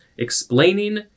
Explaining